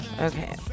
Okay